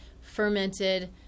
fermented